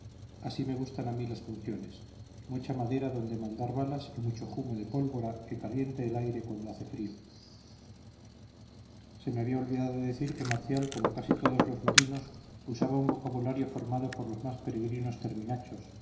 así me gustan a mí las funciones mucha madera donde mandar balas y mucho jumo de pólvora que caliente el aire cuando hace frío se me había olvidado decir que marcial como casi todos los marinos usaba un vocabulario formado por los más peregrinos terminachos